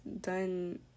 done